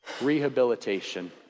rehabilitation